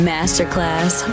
Masterclass